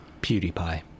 PewDiePie